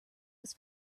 was